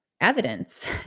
evidence